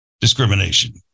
discrimination